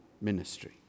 ministry